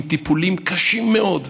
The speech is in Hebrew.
עם טיפולים קשים מאוד?